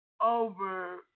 over